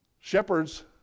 shepherds